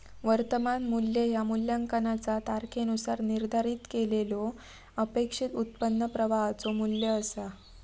वर्तमान मू्ल्य ह्या मूल्यांकनाचा तारखेनुसार निर्धारित केलेल्यो अपेक्षित उत्पन्न प्रवाहाचो मू्ल्य असा